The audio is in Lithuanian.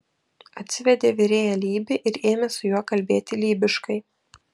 atsivedė virėją lybį ir ėmė su juo kalbėti lybiškai